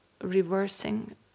reversing